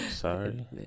Sorry